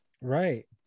right